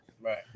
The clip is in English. Right